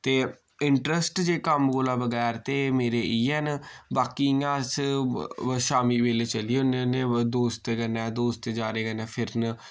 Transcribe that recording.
ते इंटरेस्ट जे कम्म कोला बगैर ते मेरे इय्यै न बाकि इय्यां अस शाम्मी बेल्लै चली जन्ने होन्ने दोस्तें कन्नै दोस्त जारें कन्नै फिरन